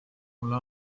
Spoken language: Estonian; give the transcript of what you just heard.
mulle